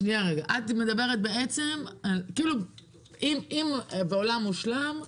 שנייה רגע, את מדברת בעצם, בעולם מושלם,